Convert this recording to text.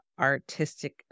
artistic